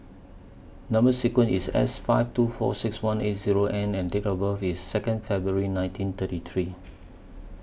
Number sequence IS S five two four six one eight Zero N and Date of birth IS Second February nineteen thirty three